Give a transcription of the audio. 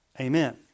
Amen